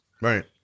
Right